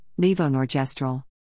Levonorgestrel